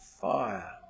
fire